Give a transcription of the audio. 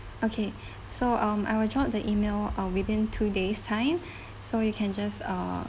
okay so um I will drop the email uh within two days time so you can just err